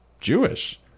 jewish